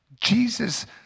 Jesus